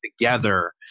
together